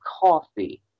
coffee